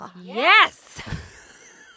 Yes